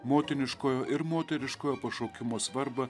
motiniškojo ir moteriškojo pašaukimo svarbą